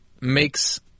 makes